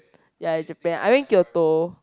ya Japan I went kyoto